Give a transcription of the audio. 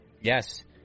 yes